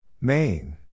Main